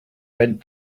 bent